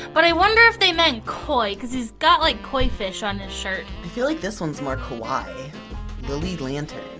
but i wonder if they meant koi, because he's got like koi fish on his shirt. i feel like this one is more kawaii lily lantern.